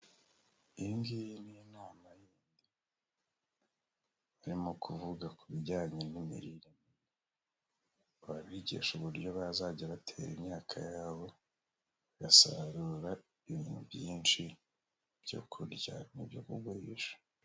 Iyi ngiyi ni inama barimo kuvuga ku bijyanye n'imirire mibi, babigisha uburyo bazajya batera imyaka y'abo bagasarura ibintu byinshi byo kurya n'byo kugurisha.